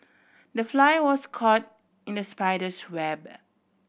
the fly was caught in the spider's web